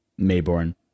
mayborn